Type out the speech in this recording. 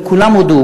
וכולם הודו,